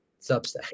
Substack